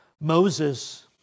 Moses